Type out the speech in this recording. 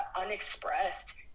unexpressed